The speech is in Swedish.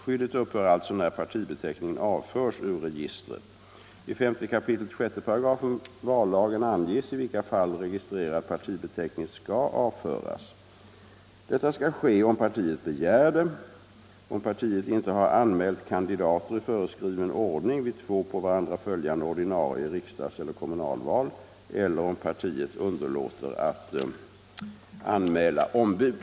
Skyddet upphör alltså när partibeteckningen avförs ur registret. I 5 kap. 6 § vallagen anges i vilka fall registrerad partibeteckning skall avföras. Detta skall ske om partiet begär det, om partiet inte har anmält kandidater i föreskriven ordning vid två på varandra följande ordinarie riksdagseller kommunalval eller om partiet underlåter att anmäla ombud.